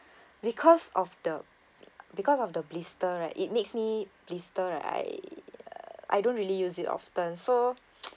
because of the because of the blister right it makes me blister right I don't really use it often so